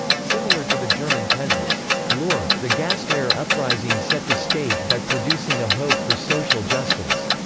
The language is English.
similar to the german peasants' war, the gasmair uprising set the stage by producing a hope for social justice.